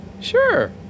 Sure